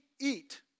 eat